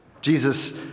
Jesus